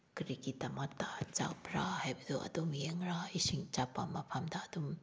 ꯀꯔꯤꯒꯤꯗꯃꯛꯇ ꯆꯠꯄ꯭ꯔꯥ ꯍꯥꯏꯕꯗꯣ ꯑꯗꯨꯝ ꯌꯦꯡꯂꯒ ꯏꯁꯤꯡ ꯆꯠꯄ ꯃꯐꯝꯗ ꯑꯗꯨꯝ